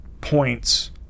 points